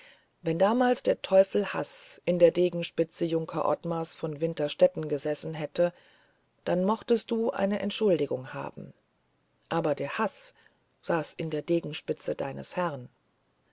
wenn damals der teufel haß in der degenspitze junker ottmars von winterstetten gesessen hätte dann mochtest du eine entschuldigung haben aber der haß saß in der degenspitze deines herrn